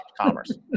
commerce